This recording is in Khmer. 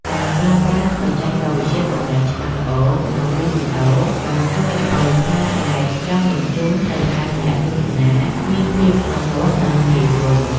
ការប្រើប្រាស់បច្ចេកទេសសំឡេងច្បាស់ល្អក្នុងវីដេអូបានជួយឱ្យសារដែលចង់បញ្ជូនទៅកាន់អ្នកទស្សនាមានភាពច្បាស់លាស់និងងាយយល់។